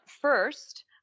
First